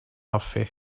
hoffi